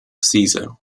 caesar